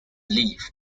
leave